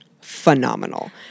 phenomenal